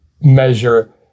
measure